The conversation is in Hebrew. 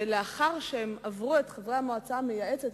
ולאחר שקיבלו את המלצת המועצה המייעצת,